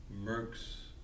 Merck's